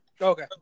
Okay